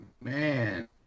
man